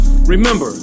Remember